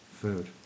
food